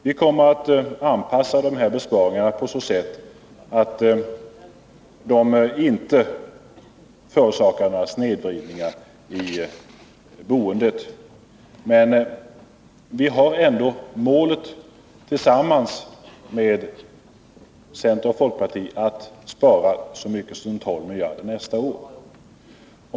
Vi kommer att anpassa dessa besparingar på så sätt att de inte förorsakar några snedvridningar i boendet. Men vi har ändå tillsammans med centern och folkpartiet målet att spara så mycket som 12 miljarder nästa år.